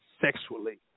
sexually